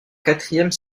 quatrième